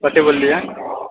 कथी बोललिए